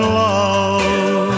love